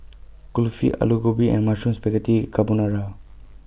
Kulfi Alu Gobi and Mushroom Spaghetti Carbonara